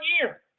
year